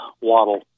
Waddle